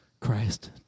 Christ